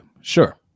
sure